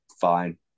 fine